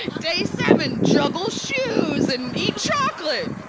ah day seven, juggle shoes and eat chocolate!